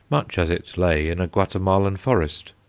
much as it lay in a guatemalan forest.